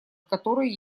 которые